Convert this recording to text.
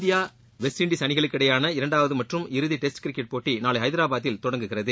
India West Indies அணிகளுக்கிடையேயான இரண்டாவது மற்றும் இறுதி டெஸ்ட் கிரிக்கெட் போட்டி நாளை ஹைதராபாத்தில் தொடங்குகிறது